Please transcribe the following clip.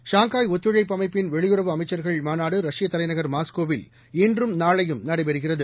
Shanghai ஒத்துழைப்பு அமைப்பின் வெளியுறவு அமைச்சர்கள் மாநாடு ரஷ்ய தலைநகர் மாஸ்கோவில் இன்றும் நாளையும் நடைபெறுகிறது